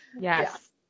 Yes